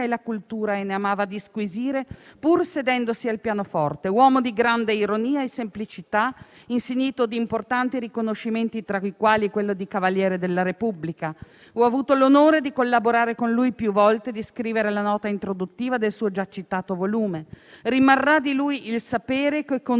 e la cultura e ne amava disquisire pur sedendosi al pianoforte. Uomo di grande ironia e semplicità, insignito di importanti riconoscimenti tra i quali quello di Cavaliere della Repubblica. Ho avuto l'onore di collaborare con lui più volte e di scrivere la nota introduttiva del suo già citato volume. Rimarrà di lui il sapere che